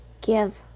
Give